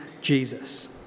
Jesus